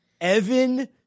Evan